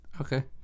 Okay